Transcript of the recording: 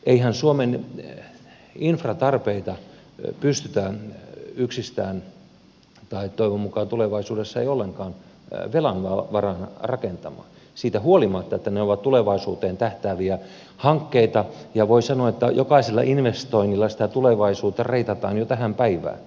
eihän suomen infratarpeita pystytä yksistään tai toivon mukaan tulevaisuudessa ei ollenkaan velan varaan rakentamaan siitä huolimatta että ne ovat tulevaisuuteen tähtääviä hankkeita ja voi sanoa että jokaisella investoinnilla sitä tulevaisuutta reitataan jo tähän päivään